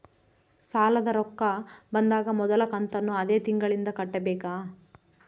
ಸಾಲದ ರೊಕ್ಕ ಬಂದಾಗ ಮೊದಲ ಕಂತನ್ನು ಅದೇ ತಿಂಗಳಿಂದ ಕಟ್ಟಬೇಕಾ?